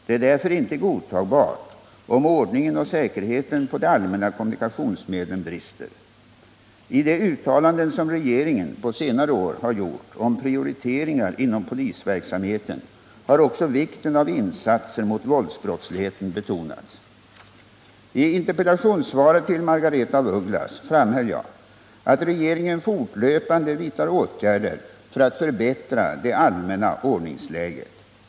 Det är därför inte godtagbart om ordningen och säkerheten på de allmänna kommunikationsmedlen brister. I de uttalanden som regeringen på senare år har gjort om prioriteringar inom polisverksamheten har också vikten av insatser mot våldsbrottsligheten betonats. I interpellationssvaret till Margaretha af Ugglas framhöll jag att regeringen fortlöpande vidtar åtgärder för att förbättra det allmänna ordningsläget.